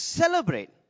celebrate